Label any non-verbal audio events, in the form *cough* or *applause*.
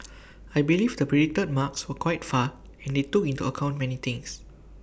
*noise* I believe the predicted marks were quite fair and they took into account many things